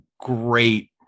great